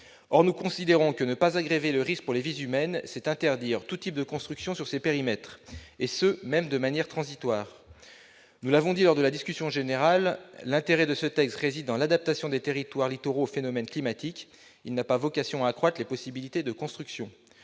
Or nous considérons que ne pas vouloir aggraver ce risque revient à interdire tout type de construction sur ce périmètre, et ce même de manière transitoire. Comme nous l'avons indiqué lors de la discussion générale, l'intérêt de ce texte réside dans l'adaptation des territoires littoraux aux phénomènes climatiques. Il n'a pas vocation à accroître les possibilités de construction.